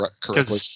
correctly